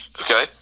Okay